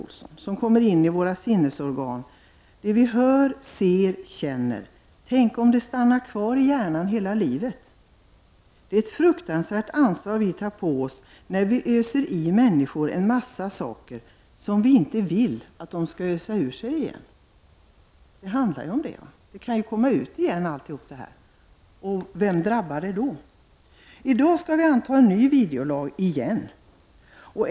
”Allt som kommer in i våra sinnesorgan — det vi hör, ser, känner — tänk om det stannar kvar i hjärnan hela livet? Det är ett fruktansvärt ansvar vi tar på oss när vi öser i människor en massa saker som vi inte vill att de ska ösa ur sig igen!” Detta är ett citat från Christer Olssons bok. Det är alltså detta det handlar om, nämligen att allt detta kan komma ut igen. Och vem drabbar det då? I dag skall riksdagen åter anta en ny videolag.